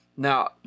Now